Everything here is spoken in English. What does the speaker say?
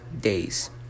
days